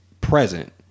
present